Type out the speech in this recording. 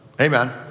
Amen